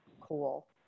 Cool